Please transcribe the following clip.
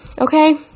okay